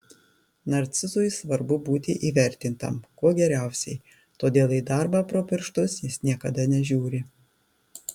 narcizui svarbu būti įvertintam kuo geriausiai todėl į darbą pro pirštus jis niekada nežiūri